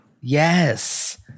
yes